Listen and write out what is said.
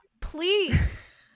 please